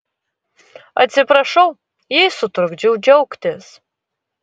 atsiprašau jei sutrukdžiau džiaugtis